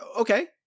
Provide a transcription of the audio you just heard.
okay